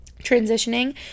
transitioning